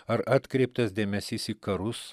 ar atkreiptas dėmesys į karus